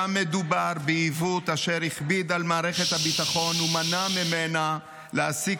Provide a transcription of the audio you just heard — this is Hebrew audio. היה מדובר בעיוות אשר הכביד על מערכת הביטחון ומנע ממנה להעסיק